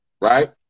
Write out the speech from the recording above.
right